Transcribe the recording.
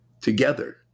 together